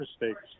mistakes